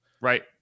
right